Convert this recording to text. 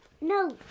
No